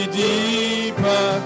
deeper